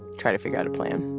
try to figure out a plan